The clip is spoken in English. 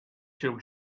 till